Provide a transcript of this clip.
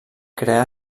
creà